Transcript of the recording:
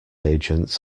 agent